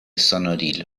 sonorilo